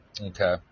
Okay